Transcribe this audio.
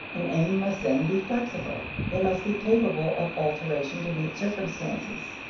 an aim must, then, be flexible it must be capable of alteration to meet circumstances.